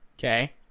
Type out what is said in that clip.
okay